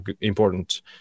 important